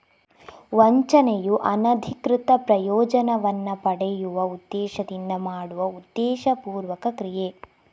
ವಂಚನೆಯು ಅನಧಿಕೃತ ಪ್ರಯೋಜನವನ್ನ ಪಡೆಯುವ ಉದ್ದೇಶದಿಂದ ಮಾಡುವ ಉದ್ದೇಶಪೂರ್ವಕ ಕ್ರಿಯೆ